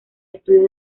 estudios